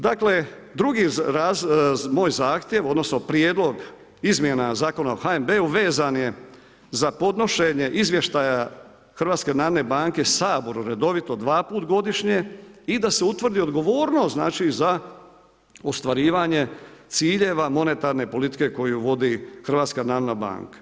Dakle, drugi moj zahtjev odnosno prijedlog izmjena Zakona o HNB-u vezan je za podnošenje izvještaja HNB-a Saboru redovito 2 put godišnje i da se utvrdi odgovornost za ostvarivanje ciljeva monetarne politike koju vodi HNB.